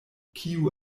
kiu